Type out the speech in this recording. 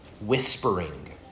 whispering